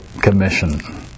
commission